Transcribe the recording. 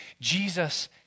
Jesus